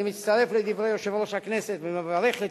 אני מצטרף לדברי יושב-ראש הכנסת ומברך את